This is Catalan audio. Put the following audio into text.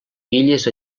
illes